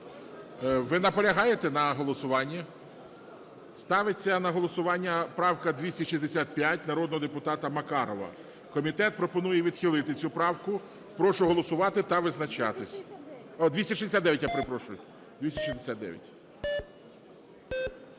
Ви наполягаєте на голосуванні? Ставиться на голосування правка 265 народного депутата Макарова. Комітет пропонує відхилити цю правку. Прошу голосувати та визначатися. 269, я перепрошую,